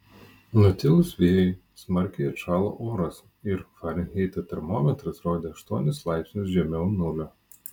nutilus vėjui smarkiai atšalo oras ir farenheito termometras rodė aštuonis laipsnius žemiau nulio